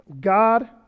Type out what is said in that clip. God